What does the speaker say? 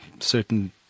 certain